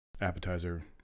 appetizer